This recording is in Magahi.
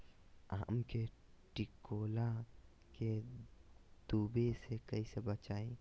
आम के टिकोला के तुवे से कैसे बचाई?